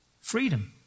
freedom